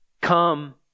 come